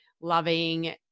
loving